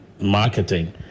marketing